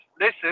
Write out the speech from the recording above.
listen